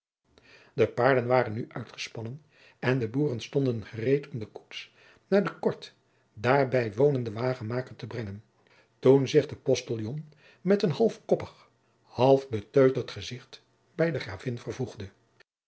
de paarden waren nu uitgespannen en de boeren stonden gereed om de koets naar den kort daarbij wonenden wagenmaker te brengen toen zich de postiljon met een half koppig half beteuterd gezicht bij de gravin vervoegde